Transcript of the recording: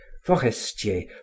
forestier